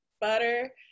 butter